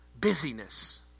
busyness